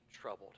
troubled